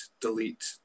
delete